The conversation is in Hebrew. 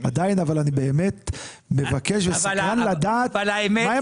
עדיין אבל אני באמת מבקש וסקרן לדעת מה הם